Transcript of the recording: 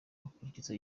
akurikiza